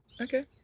Okay